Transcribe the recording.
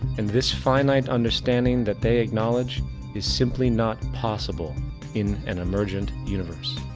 and this finite understanding that they acknowledge is simply not possible in an emergent universe.